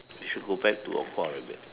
we should go back to aqua aerobic